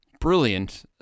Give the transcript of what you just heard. brilliant